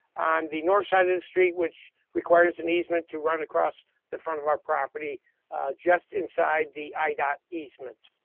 on the north side of the street, which requires an easement to run across the front of our property just inside the i dot easement.